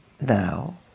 now